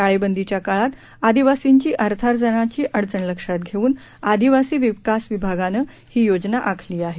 टाळेबंदीच्या काळात आदिवासींची अर्थार्जनाची अडचण लक्षात घेऊन आदिवासी विकास विभागानं ही योजना आखली आहे